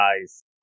guys